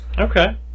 Okay